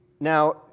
Now